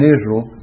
Israel